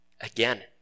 Again